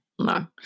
No